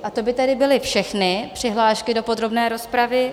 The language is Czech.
To by tedy byly všechny přihlášky do podrobné rozpravy.